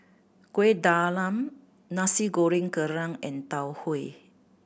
Kueh Talam Nasi Goreng Kerang and Tau Huay